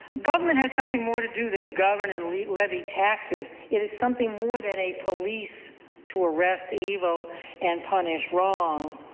government has something more to do than to govern and levy levy taxes. it is something more than a police to arrest evil and punish wrong.